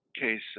case